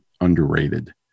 underrated